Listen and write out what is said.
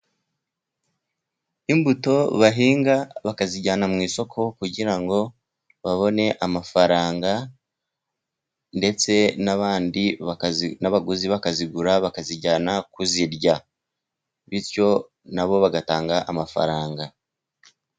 Imbuto bahinga bakazijyana mu isoko kugira ngo babone amafaranga, ndetse n'abandi, n'abaguzi bakazigura bakazijyana kuzirya. Bityo nabo bagatanga amafaranga.